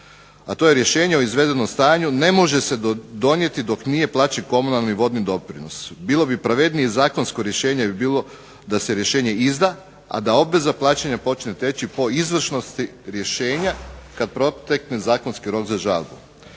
a to je rješenje o izvedenom stanju, ne može se donijeti dok nije plaćen komunalni vodni doprinos. Bio bi pravednije, zakonsko rješenje bi bilo da se rješenje izda, a da obveza plaćanja počne teći po izvršnosti rješenja kad protekne zakonski rok za žalbu.